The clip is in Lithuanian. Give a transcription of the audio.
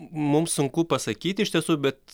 mums sunku pasakyti iš tiesų bet